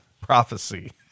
prophecy